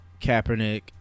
Kaepernick